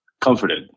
comforted